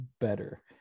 better